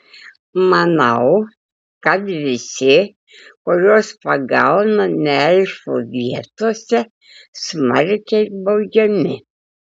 manau kad visi kuriuos pagauna ne elfų vietose smarkiai baudžiami